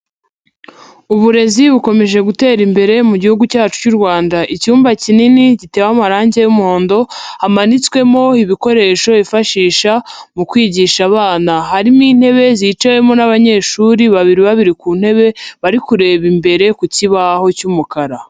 Uburezi bukomeje gutera imbere mu gihugu cyacu cy'u Rwanda. Icyumba kinini gitewe amarangi y'umuhondo, hamanitswemo ibikoresho bifashisha mu kwigisha abana. Harimo intebe ziciwemo n'abanyeshuri, babiri babiri ku ntebe, bari kureba imbere ku kibaho cy'umukara.